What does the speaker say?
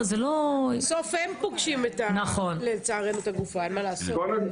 בסוף הם פוגשים לצערנו את הגופה, אין מה לעשות.